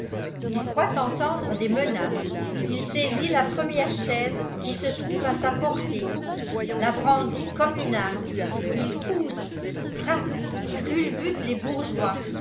il croit entendre des menaces il saisit la première chaise qui se trouve à sa portée la brandit comme une arme il pousse frappe culbute les bourgeois